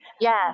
yes